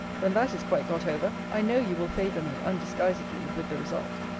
when that is quite got over, i know you will favour me undisguisedly with the result.